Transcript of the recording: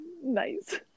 Nice